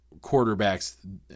quarterbacks